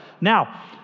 Now